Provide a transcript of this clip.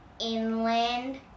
inland